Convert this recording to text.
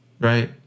right